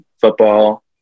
football